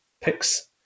picks